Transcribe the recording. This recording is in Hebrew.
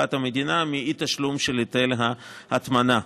לקופת המדינה מאי-תשלום של היטל ההטמנה,